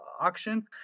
auction